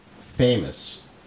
famous